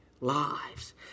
lives